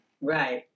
Right